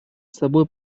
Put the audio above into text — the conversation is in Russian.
собой